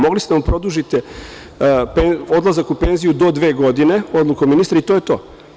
Mogli ste da mu produžite odlazak u penziju do dve godine, odlukom ministra, i to je to.